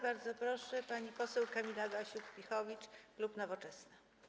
Bardzo proszę, pani poseł Kamila Gasiuk-Pihowicz, klub Nowoczesna.